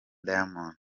diamond